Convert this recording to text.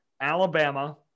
Alabama